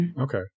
okay